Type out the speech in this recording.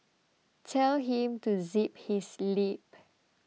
tell him to zip his lip